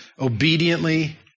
obediently